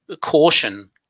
caution